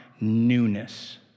newness